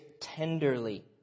tenderly